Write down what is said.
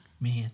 Man